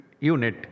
unit